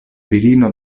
virino